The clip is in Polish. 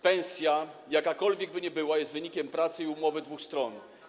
Pensja, jakakolwiek by była, jest wynikiem pracy i umowy dwóch stron.